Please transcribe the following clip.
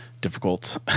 difficult